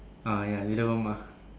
ah ya either one mah